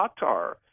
Qatar